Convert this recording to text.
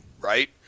right